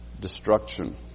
destruction